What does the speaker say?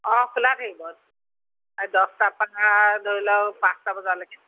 অঁ খোলা থাকিব এই দহটাৰপৰা ধৰা ধৰি লওঁক পাঁচটা বজালৈকে